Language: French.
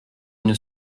une